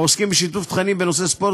העוסקים בשיתוף תכנים בנושא ספורט,